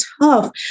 tough